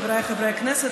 חבריי חברי הכנסת,